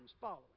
following